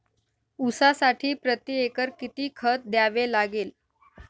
ऊसासाठी प्रतिएकर किती खत द्यावे लागेल?